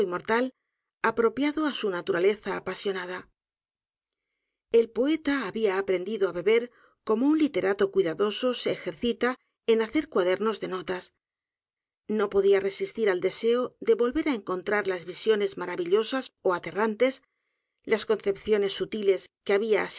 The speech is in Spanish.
mortal apropiado á su naturaleza apasionada el poeta había aprendido á beber como un literato cuidadoso se ejercita en hacer cuadernos de notas no podía resistir al deseo de volver á encontrar las visiones maravillosas ó aterrantes las concepciones sutiles que había